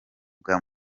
bwa